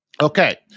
Okay